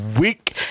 week